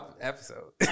episode